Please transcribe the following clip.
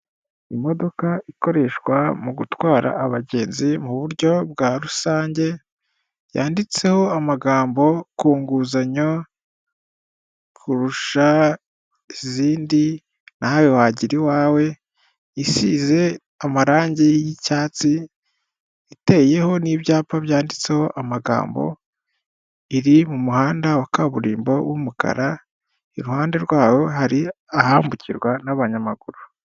Imodoka ikoreshwa mu gutwara abagenzi mu buryo bwa rusange, yanditseho amagambo ku nguzanyo kurusha izindi nawe wagira iwawe, isize amarangi y'icyatsi, iteyeho n'ibyapa byanditseho amagambo iri mu muhanda wa kaburimbo w'umukara, iruhande rwaho hari ahambukirwa n'abanyamaguru.